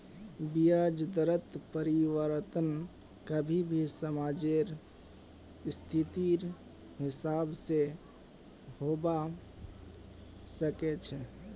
ब्याज दरत परिवर्तन कभी भी समाजेर स्थितिर हिसाब से होबा सके छे